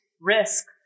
risk